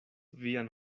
vian